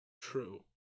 True